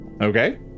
Okay